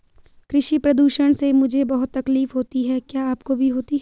कृषि प्रदूषण से मुझे बहुत तकलीफ होती है क्या आपको भी होती है